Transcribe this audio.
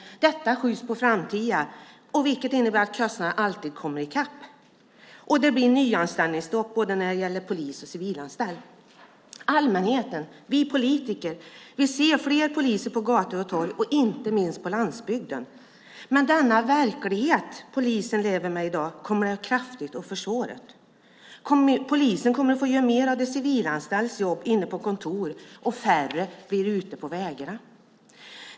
Detta skjuts på framtiden, vilket innebär att kostnaderna alltid kommer i kapp. Det blir nyanställningsstopp både när det gäller polis och när det gäller civilanställda. Allmänheten, vi politiker, vill se fler poliser på gator och torg och inte minst på landsbygden. Den verklighet polisen lever med i dag kommer kraftigt att försvåras. Poliser kommer att få göra mer av de civilanställdas jobb inne på kontor, och färre blir ute på vägarna.